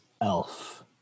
elf